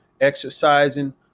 exercising